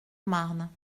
marne